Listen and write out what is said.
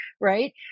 Right